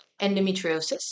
endometriosis